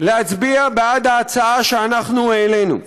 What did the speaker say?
להצביע בעד ההצעה שאנחנו העלינו,